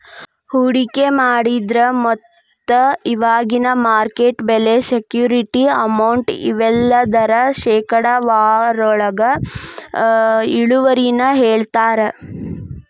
ಹೂಡಿಕೆ ಮಾಡಿದ್ರ ಮೊತ್ತ ಇವಾಗಿನ ಮಾರ್ಕೆಟ್ ಬೆಲೆ ಸೆಕ್ಯೂರಿಟಿ ಅಮೌಂಟ್ ಇವೆಲ್ಲದರ ಶೇಕಡಾವಾರೊಳಗ ಇಳುವರಿನ ಹೇಳ್ತಾರಾ